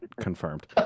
confirmed